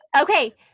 Okay